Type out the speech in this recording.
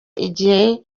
igihe